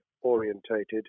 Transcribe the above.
orientated